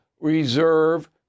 reserve